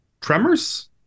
tremors